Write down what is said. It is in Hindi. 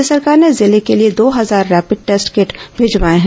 राज्य सरकार ने जिले के लिए दो हजार रैपिड टेस्ट किट भिजवाएं हैं